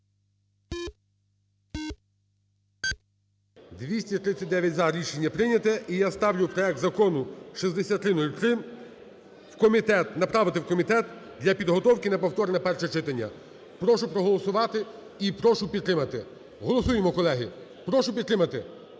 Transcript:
За-239 Рішення прийняте. І я ставлю проект Закону 6303 в комітет, направити в комітет для підготовки на повторне перше читання. Прошу проголосувати і прошу підтримати. Голосуємо, колеги, прошу підтримати